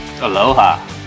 Aloha